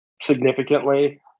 significantly